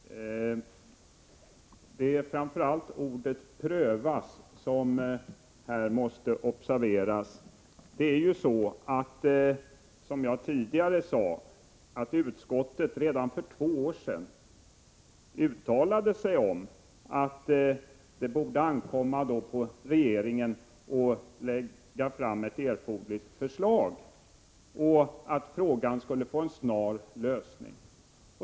Herr talman! Det är framför allt ordet ”prövas” som här måste observeras. Som jag sade tidigare uttalade utskottet redan för två år sedan att det borde ankomma på regeringen att lägga fram ett förslag så att frågan kunde få en snar lösning.